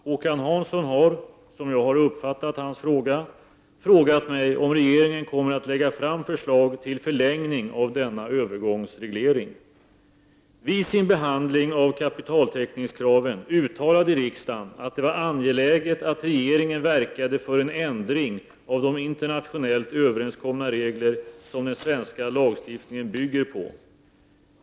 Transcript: Håkan Hansson har — som jag har uppfattat hans fråga — frågat mig om regeringen kommer att lägga fram förslag till förlängning av denna övergångsreglering. Vid sin behandling av kapitaltäckningskraven uttalade riksdagen att det var angeläget att regeringen verkade för en ändring av de internationellt överenskomna regler som den svenska lagstiftningen bygger på .